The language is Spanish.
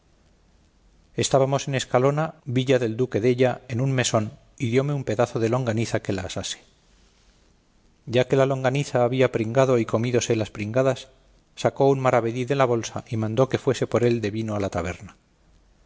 estábamos en escalona villa del duque della en un mesón y dióme un pedazo de longaniza que la asase ya que la longaniza había pringado y comídose las pringadas sacó un maravedí de la bolsa y mandó que fuese por él de vino a la taberna